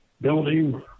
building